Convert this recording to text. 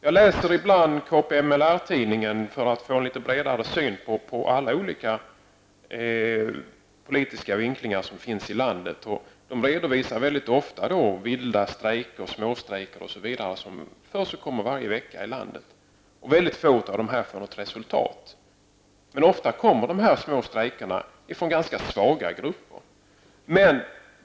Jag läser ibland KPML-tidningen för att få en litet bredare syn på alla politiska vinklingar som finns i landet. Tidningen redovisar väldigt ofta vilda strejker, småstrejker, osv. som förekommer varje vecka. Mycket få av dessa strejker får något resultat. Ofta sker dessa små strejker bland ganska svaga grupper.